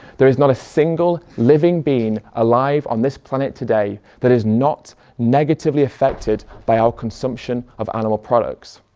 there is not a single living being alive on this planet today that is not negatively affected by our consumption of animal products.